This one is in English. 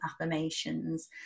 affirmations